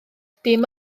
dim